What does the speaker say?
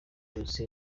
yose